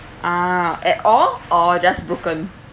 ah at all or just broken